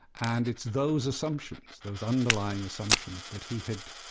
and it's those assumptions, those underlying assumptions, that he had,